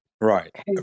right